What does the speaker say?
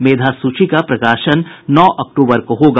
मेधा सूची का प्रकाशन नौ अक्टूबर को होगा